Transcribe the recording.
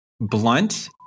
blunt